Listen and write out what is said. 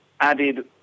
added